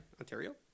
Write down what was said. Ontario